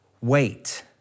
wait